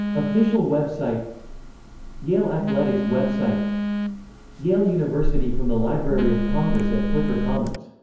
official website yale athletics website yale university from the library of congress at flickr commons